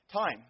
Time